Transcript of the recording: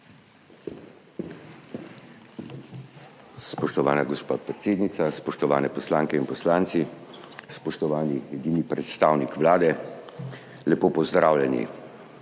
Spoštovana gospa predsednica, spoštovane poslanke in poslanci, spoštovani edini predstavnik Vlade, lepo pozdravljeni!